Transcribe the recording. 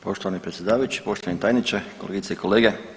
Poštovani predsjedavajući, poštovani tajniče, kolegice i kolege.